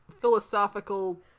philosophical